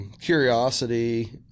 Curiosity